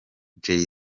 jay